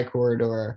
Corridor